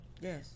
yes